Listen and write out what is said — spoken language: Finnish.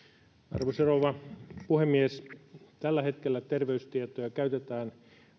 arvoisa rouva puhemies tällä hetkellä terveystietoja käytetään